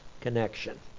connection